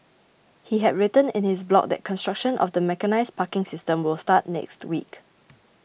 he had written in his blog that construction of the mechanised parking system will start next week